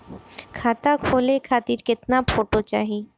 खाता खोले खातिर केतना फोटो चाहीं?